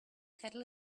kettle